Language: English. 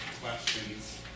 questions